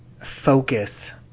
focus